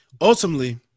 ultimately –